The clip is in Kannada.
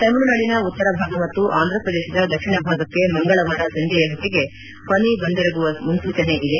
ತಮಿಳುನಾಡಿನ ಉತ್ತರ ಭಾಗ ಮತ್ತು ಆಂಧ್ರ ಪ್ರದೇಶದ ದಕ್ಷಿಣ ಭಾಗಕ್ಕೆ ಮಂಗಳವಾರ ಸಂಜೆಯ ಹೊತ್ತಿಗೆ ಫನಿ ಬಂದೆರಗುವ ಮುನ್ಸೂಚನೆ ಇದೆ